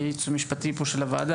הייעוץ המשפטי של הוועדה,